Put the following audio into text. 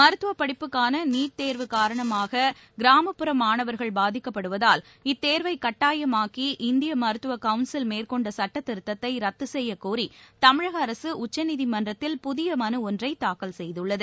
மருத்துவப் படிப்புக்கான நீட் தேர்வு காரணமாக கிராமப்புற மாணவர்கள் பாதிக்கப்படுவதால் இத்தேர்வை கட்டாயமாக்கி இந்திய மருத்துவ கவுன்சில் மேற்கொண்ட சட்டத்திருத்தத்தை ரத்து செய்ய கோரி தமிழக அரசு உச்சநீதிமன்றத்தில் புதிய மனு ஒன்றை தாக்கல் செய்துள்ளது